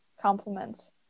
compliments